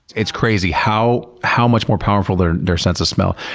it's crazy how how much more powerful their their sense of smell